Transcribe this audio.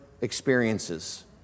experiences